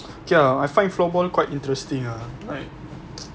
okay ah I find floorball quite interesting ah like